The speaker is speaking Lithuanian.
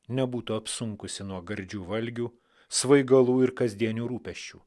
nebūtų apsunkusi nuo gardžių valgių svaigalų ir kasdienių rūpesčių